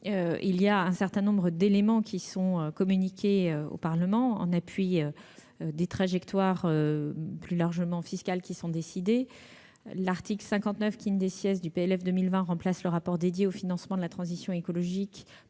un certain nombre d'éléments sont communiqués au Parlement en appui des trajectoires plus largement fiscales qui sont décidées. L'article 59 du projet de loi de finances pour 2020 remplace le rapport dédié au financement de la transition écologique